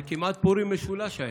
זה כמעט פורים משולש היה.